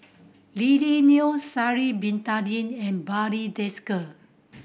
Lily Neo Sha'ari Bin Tadin and Barry Desker